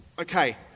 Okay